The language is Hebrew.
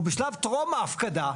או בשלב טרום ההפקדה,